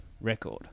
record